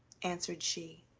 answered she,